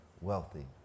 wealthy